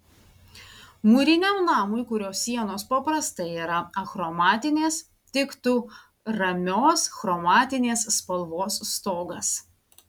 mūriniam namui kurio sienos paprastai yra achromatinės tiktų ramios chromatinės spalvos stogas